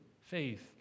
faith